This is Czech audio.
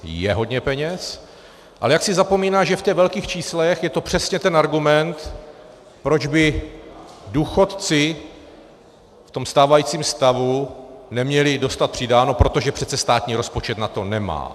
Je hodně peněz, ale jaksi zapomíná, že v těch velkých číslech je to přesně ten argument, proč by důchodci v tom stávajícím stavu neměli dostat přidáno, protože přece státní rozpočet na to nemá.